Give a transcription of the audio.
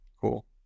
Cool